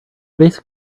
basic